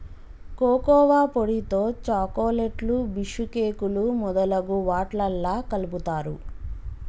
cocoa పొడితో చాకోలెట్లు బీషుకేకులు మొదలగు వాట్లల్లా కలుపుతారు